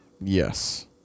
Yes